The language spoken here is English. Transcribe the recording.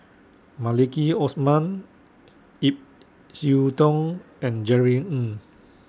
Maliki Osman Ip Yiu Tung and Jerry Ng